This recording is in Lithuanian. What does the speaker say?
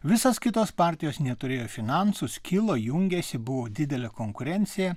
visos kitos partijos neturėjo finansų skilo jungėsi buvo didelė konkurencija